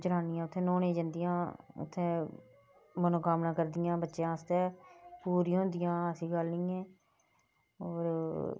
जनानियां उत्थै न्हौने गी जंदियां उत्थै मनोकामना करदियां बच्चें आस्तै पूरियां होदियां ऐसी गल्ल निं है और